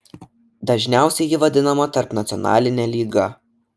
dažniausiai ji vadinama tarpnacionaline lyga